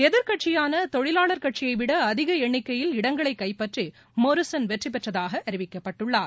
எதிர்க்கட்சியாள தொழிலாளர் கட்சியை விட அதிக எண்ணிக்கையில் இடங்களை கைப்பற்றி மொரிசன் வெற்றி பெற்றதாக அறிவிக்கப்பட்டுள்ளார்